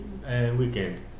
weekend